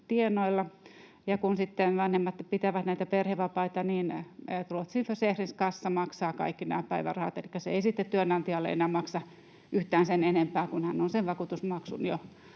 tienoilla, ja kun sitten vanhemmat pitävät näitä perhevapaita, niin Ruotsin Försäkringskassan maksaa kaikki nämä päivärahat, elikkä se ei sitten työnantajalle enää maksa yhtään sen enempää, kun hän on sen vakuutusmaksun jo